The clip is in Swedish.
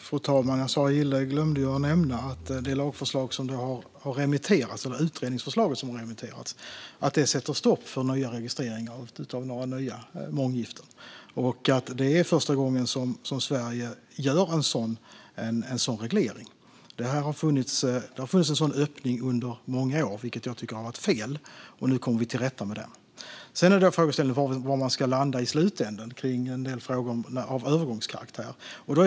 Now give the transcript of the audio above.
Fru talman! Sara Gille glömde nämna att det utredningsförslag som har remitterats sätter stopp för registrering av nya månggiften. Det är första gången Sverige gör en sådan reglering. Det har funnits en sådan öppning under många år, vilket jag tycker har varit fel. Nu kommer vi till rätta med den. Sedan är frågeställningen var man i slutändan ska landa i en del frågor av övergångskaraktär.